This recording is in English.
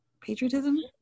Patriotism